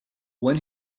when